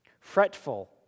fretful